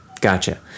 Gotcha